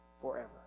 forever